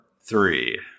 three